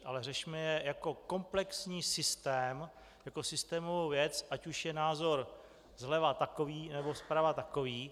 Ale řešme je jako komplexní systém, jako systémovou věc, ať už je názor zleva takový, nebo zprava takový.